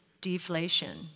deflation